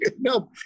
No